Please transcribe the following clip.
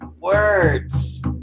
words